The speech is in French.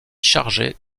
chargée